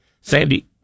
Sandy